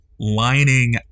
lining